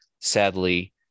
Sadly